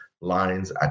lines